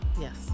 Yes